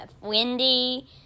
Windy